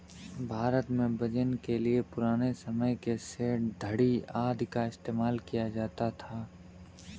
भारत में वजन के लिए पुराने समय के सेर, धडी़ आदि का इस्तेमाल किया जाता था